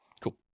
Cool